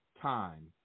time